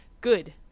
Good